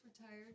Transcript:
retired